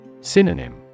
Synonym